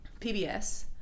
PBS